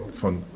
von